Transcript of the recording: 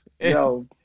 Yo